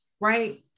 right